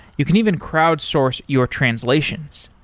you can even crowd source your translations.